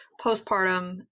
postpartum